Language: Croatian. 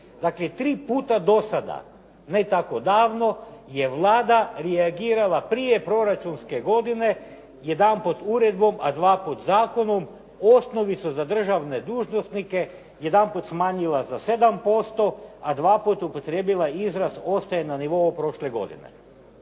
Dakle, tri puta do sada ne tako davno je Vlada reagirala prije proračunske godine, jedanput uredbom, a dvaput zakonom osnovicu za državne dužnosnike jedanput smanjila za 7%, a dvaput upotrijebila izraz ostaje na nivou prošle godine.